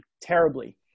terribly